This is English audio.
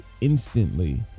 instantly